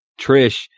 Trish